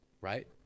right